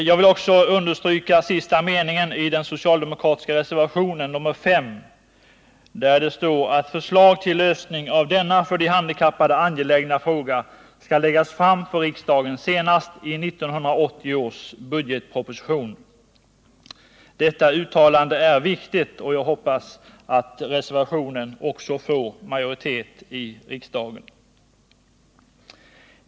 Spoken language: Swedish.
Jag vill också understryka följande mening i den socialdemokratiska reservationen nr 5: ”Det bör dessutom fastslås att förslag till lösning av denna för de handikappade angelägna fråga skall läggas fram för riksdagen senast i 1980 års budgetproposition.” Detta uttalande är viktigt, och jag hoppas att reservationen får majoritet i riksdagen.